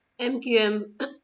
MQM